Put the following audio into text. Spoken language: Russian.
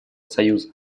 союза